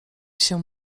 się